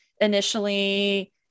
initially